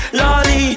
lolly